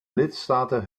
lidstaten